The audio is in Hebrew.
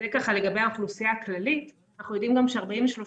זה ככה לגבי האוכלוסייה הכללית ואנחנו יודעים גם ש-43%